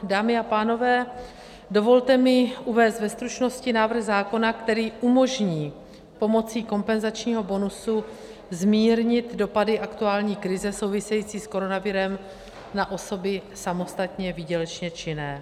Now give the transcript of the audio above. Dámy a pánové, dovolte mi uvést ve stručnosti návrh zákona, který umožní pomocí kompenzačního bonusu zmírnit dopady aktuální krize související s koronavirem na osoby samostatně výdělečně činné.